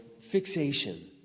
fixation